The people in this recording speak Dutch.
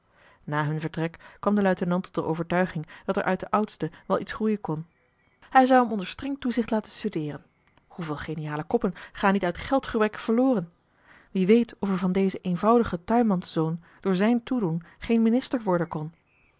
na hun vertrek kwam de luitenant tot de overtuiging dat er uit den oudste wel iets groeien kon hij zou hem onder streng toezicht laten studeeren hoeveel geniale koppen gaan niet uit geldgebrek verloren wie weet of er van dezen eenvoudigen tuinmanszoon door zijn toedoen geen minister worden kon